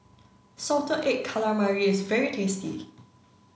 salted egg calamari is very tasty